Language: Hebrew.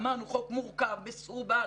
אמרנו, חוק מורכב, מסורבל.